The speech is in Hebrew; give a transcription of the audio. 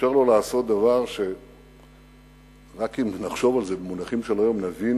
אפשר לו לעשות דבר שרק אם נחשוב על זה במונחים של היום נבין